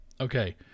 Okay